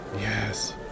Yes